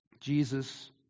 Jesus